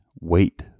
Wait